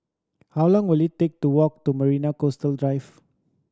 how long will it take to walk to Marina Coastal Drive